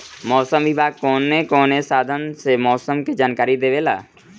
मौसम विभाग कौन कौने साधन से मोसम के जानकारी देवेला?